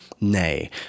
nay